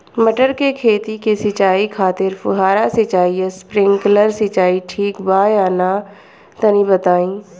मटर के खेती के सिचाई खातिर फुहारा सिंचाई या स्प्रिंकलर सिंचाई ठीक बा या ना तनि बताई?